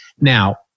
Now